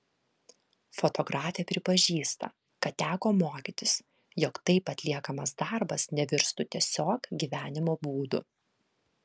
fotografė pripažįsta kad teko mokytis jog taip atliekamas darbas nevirstų tiesiog gyvenimo būdu